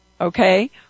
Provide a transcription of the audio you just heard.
okay